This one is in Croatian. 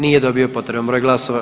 Nije dobio potreban broj glasova.